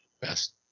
best